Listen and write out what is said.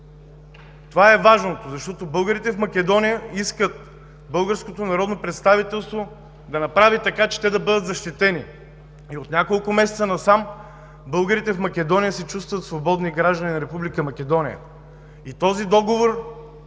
това е важното. Българите в Македония искат българското народно представителство да направи така, че те да бъдат защитени. От няколко месеца насам българите в Македония се чувстват свободни граждани на Република Македония